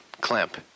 Clamp